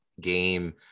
game